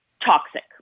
toxic